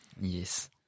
Yes